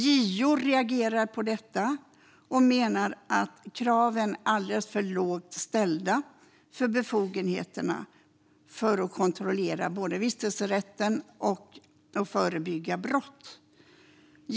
JO reagerar på detta och menar att kraven är alldeles för lågt ställda för befogenheterna att kontrollera vistelserätt och förebygga brott.